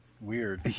weird